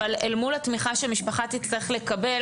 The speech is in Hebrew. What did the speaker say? אל מול התמיכה שמשפחה תצטרך לקבל,